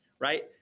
right